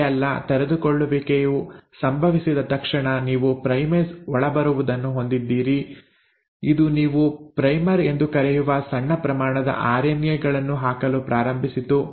ಅಷ್ಟೇ ಅಲ್ಲ ತೆರೆದುಕೊಳ್ಳುವಿಕೆಯು ಸಂಭವಿಸಿದ ತಕ್ಷಣ ನೀವು ಪ್ರೈಮೇಸ್ ಒಳಬರುವುದನ್ನು ಹೊಂದಿದ್ದೀರಿ ಇದು ನೀವು ಪ್ರೈಮರ್ ಎಂದು ಕರೆಯುವ ಸಣ್ಣ ಪ್ರಮಾಣದ ಆರ್ಎನ್ಎ ಗಳನ್ನು ಹಾಕಲು ಪ್ರಾರಂಭಿಸಿತು